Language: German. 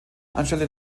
anstelle